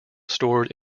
stored